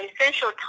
essential